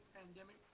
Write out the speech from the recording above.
pandemic